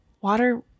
water